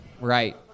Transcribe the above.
Right